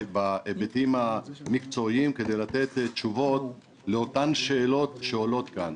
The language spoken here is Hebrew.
בהיבטים המקצועיים כדי לתת תשובות לאותן שאלות שעולות כאן.